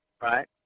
right